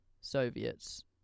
Soviets